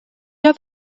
oedd